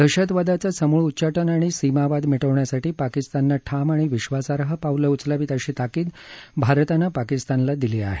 दहशतवादाचं समूळ उच्चाटन आणि सीमावाद मिटवण्यासाठी पाकिस्ताननं ठाम आणि विश्वासार्ह पावलं उचलावीत अशी ताकीद भारतानं पाकिस्तानला दिली आहे